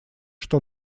что